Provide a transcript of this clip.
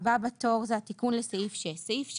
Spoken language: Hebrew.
הסעיף הבא הוא התיקון לסעיף 6. סעיף 6,